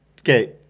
Okay